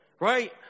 Right